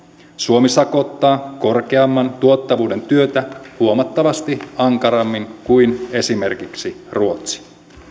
suomi sakottaa korkeamman tuottavuuden työtä huomattavasti ankarammin kuin esimerkiksi ruotsi